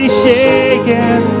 shaken